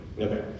Okay